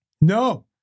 No